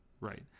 Right